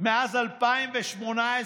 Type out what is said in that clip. מאז 2018,